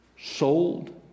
sold